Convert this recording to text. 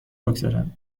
بگذارم